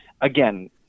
again